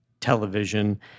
television